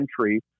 entry